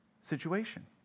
situation